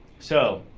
so